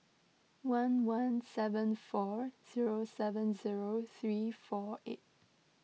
one one seven four zero seven zero three four eight